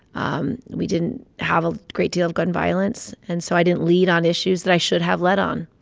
um we didn't have a great deal of gun violence, and so i didn't lead on issues that i should have led on.